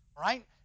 right